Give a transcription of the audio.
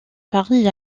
paris